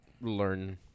learn